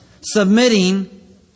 Submitting